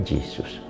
Jesus